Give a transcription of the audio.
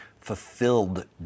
fulfilled